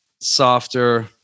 softer